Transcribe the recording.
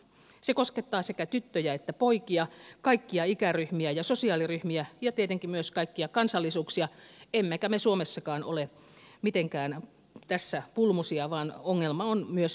se koskettaa sekä tyttöjä että poikia kaikkia ikäryhmiä ja sosiaaliryhmiä ja tietenkin myös kaikkia kansallisuuksia emmekä me suomessakaan ole mitenkään tässä pulmusia vaan ongelma on myös meillä